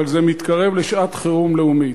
אבל זה מתקרב לשעת-חירום לאומית.